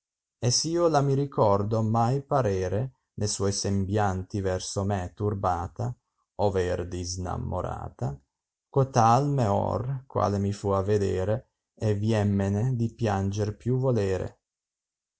e sio la mi ricordo mai parere ne suoi sembianti verso me turbata ovver disnamorata gotal m è or quale mi fu a vedere e viemmene di pianger più volere